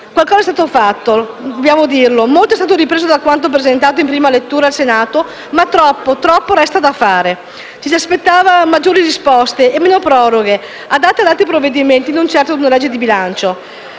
Qualcosa è stato fatto, dobbiamo dirlo. Molto è stato ripreso da quanto presentato in prima lettura al Senato, ma troppo resta da fare. Ci si aspettava maggiori risposte e meno proroghe, adatte ad altri provvedimenti, non certo ad una legge di bilancio.